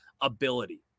ability